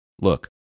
Look